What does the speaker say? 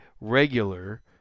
regular